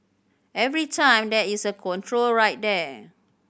every time there is a control right there